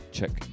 Check